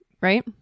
Right